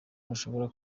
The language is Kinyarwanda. mushobora